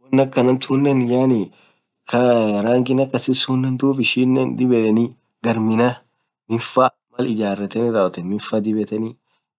won akhan tunen yaani khee rangi akasi sunnen ishinen dhib yedheni garr minaa miinfaa Mal ijaretheni rawothen min faa dhibetheni